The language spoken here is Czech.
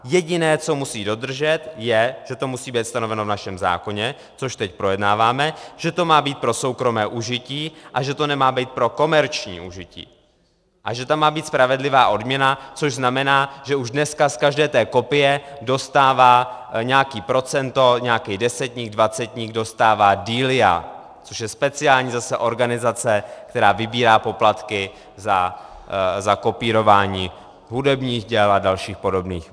Jediné, co musí dodržet, je, že to musí být stanoveno v našem zákonu, což teď projednáváme, že to má být pro soukromé užití a že to nemá být pro komerční užití a že tam má být spravedlivá odměna, což znamená, že už dneska z každé té kopie dostává nějaké procento, nějaký desetník, dvacetník dostává DILIA, což je zase speciální organizace, která vybírá poplatky za kopírování hudebních děl a dalších podobných.